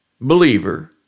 believer—